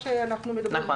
כן.